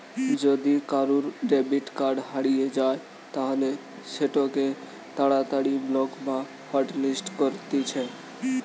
যদি কারুর debit card হারিয়ে যায় তালে সেটোকে তাড়াতাড়ি ব্লক বা হটলিস্ট করতিছে